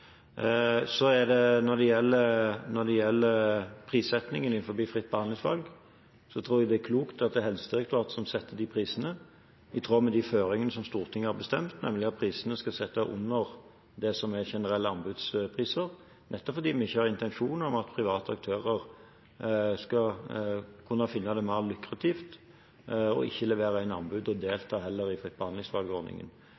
Når det gjelder prissettingen innen fritt behandlingsvalg, tror jeg det er klokt at det er Helsedirektoratet som setter de prisene, i tråd med de føringene som Stortinget har bestemt, nemlig at prisene skal settes under det som er generelle anbudspriser, nettopp fordi vi ikke har intensjon om at private aktører skal kunne finne det mer lukrativt ikke å levere inn anbud og heller delta i fritt